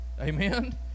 amen